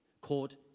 called